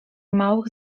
małych